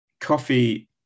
coffee